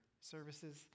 services